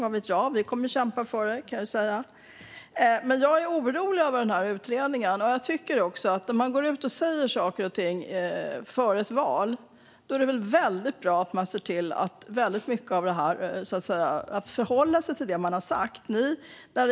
Men vi kommer att kämpa för det, kan jag säga. Jag är orolig över utredningen. När man går ut och säger saker och ting före ett val är det väldigt bra att sedan förhålla sig till det man har sagt.